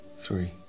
three